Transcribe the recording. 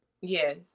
Yes